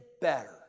better